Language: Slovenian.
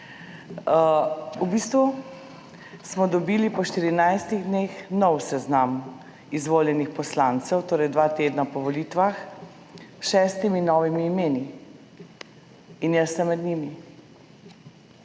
V bistvu smo dobili po štirinajstih dneh nov seznam izvoljenih poslancev, torej dva tedna po volitvah, s šestimi novimi imeni. In jaz sem med njimi